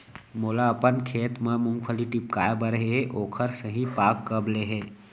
मोला अपन खेत म मूंगफली टिपकाय बर हे ओखर सही पाग कब ले हे?